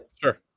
sure